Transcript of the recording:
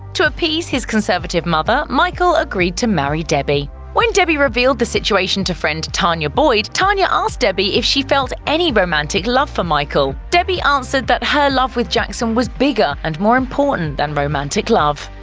to appease his conservative mother, michael agreed to marry debbie. when debbie revealed the situation to friend tanya boyd, tanya asked debbie if she felt any romantic love for michael. debbie answered that her love with jackson was bigger and more important than romantic love.